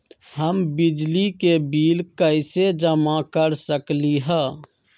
हम बिजली के बिल कईसे जमा कर सकली ह?